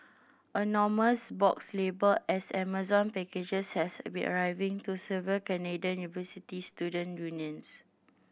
anonymous boxes labelled as Amazon packages has been arriving to several Canadian university student unions